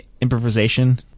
improvisation